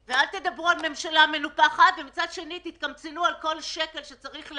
לדעת להגיד מה הצורך האמיתי לפי השינוי שיש בעקבות הקורונה,